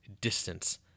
distance